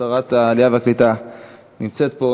שרת העלייה והקליטה נמצאת פה,